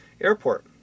airport